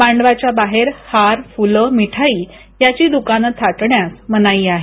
मांडवाच्या बाहेर हार फूल मिठाई याची दुकान थाटण्यास मनाई आहे